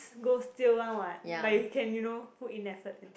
go stale one what but you can you know put in effort and